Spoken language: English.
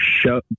show